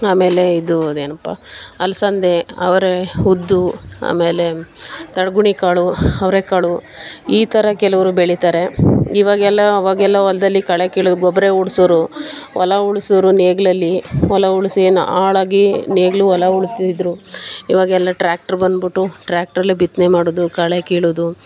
ಆಮೇಲೆ ಇದು ಅದೇನಪ್ಪ ಅಲಸಂದೆ ಅವರೆ ಉದ್ದು ಆಮೇಲೆ ತಡಗುಣಿ ಕಾಳು ಅವರೆಕಾಳು ಈ ಥರ ಕೆಲವ್ರು ಬೆಳಿತಾರೆ ಇವಾಗೆಲ್ಲ ಅವಾಗೆಲ್ಲ ಹೊಲ್ದಲ್ಲಿ ಕಳೆ ಕೀಳುದು ಗೊಬ್ರ ಊಡ್ಸೋರು ಹೊಲ ಉಳಸೋರು ನೇಗಿಲಲ್ಲಿ ಹೊಲ ಉಳ್ಸಿನ ಆಳಾಗಿ ನೇಗಿಲು ಹೊಲ ಉಳ್ತಿದ್ರು ಇವಾಗೆಲ್ಲ ಟ್ರ್ಯಾಕ್ಟ್ರ್ ಬಂದ್ಬಿಟ್ಟು ಟ್ರ್ಯಾಕ್ಟ್ರಲ್ಲೇ ಬಿತ್ತನೆ ಮಾಡುವುದು ಕಳೆ ಕೀಳುವುದು